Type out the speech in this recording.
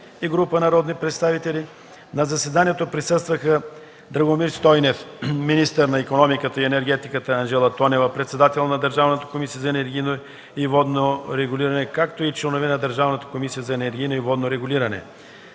и група народни представители. На заседанието присъстваха Драгомир Стойнев – министър на икономиката и енергетиката, Анжела Тонева – председател на Държавната комисия за енергийно и водно регулиране, както и членове на Държавната комисия за енергийно и водно регулиране,